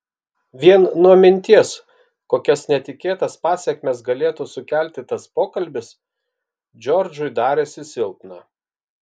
vien nuo minties kokias netikėtas pasekmes galėtų sukelti tas pokalbis džordžui darėsi silpna